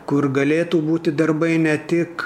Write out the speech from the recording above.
kur galėtų būti darbai ne tik